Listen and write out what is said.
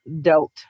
dealt